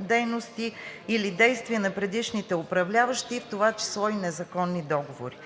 дейности или действия на предишните управляващи, в това число и незаконни договори